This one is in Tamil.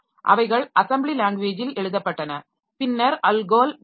அவைகள் அசெம்பிளி லாங்வேஜில் எழுதப்பட்டன பின்னர் அல்கோல் பி